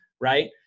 Right